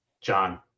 john